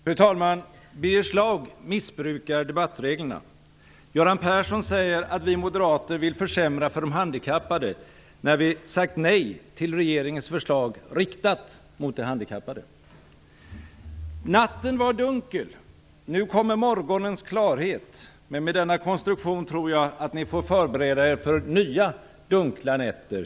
Fru talman! Birger Schlaug missbrukar debattreglerna. Göran Persson säger att vi moderater vill försämra för de handikappade, när vi sagt nej till regeringens förslag riktat mot de handikappade. "Natten var dunkel. Nu kommer morgonens klarhet. Men med denna konstruktion tror jag att ni får förbereda er för fler dunkla nätter."